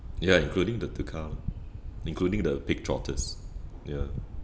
ya including the te kah lor including the pig trotters ya